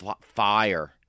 Fire